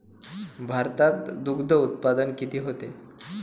भारतात दुग्धउत्पादन किती होते?